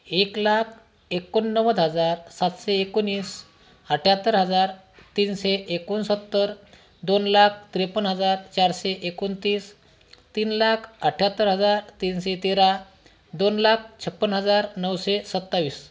एक लाख एकोणनव्वद हजार सातशे एकोणीस अठ्याहत्तर हजार तीनशे एकोणसत्तर दोन लाख त्रेपन्न हजार चारशे एकोणतीस तीन लाख अठ्याहत्तर हजार तीनशे तेरा दोन लाख छप्पन हजार नऊशे सत्तावीस